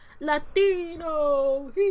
Latino